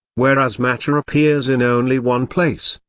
whereas matter appears in only one place.